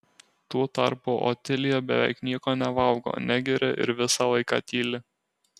tuo tarpu otilija beveik nieko nevalgo negeria ir visą laiką tyli